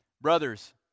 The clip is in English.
brothers